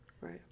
Right